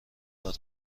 دارم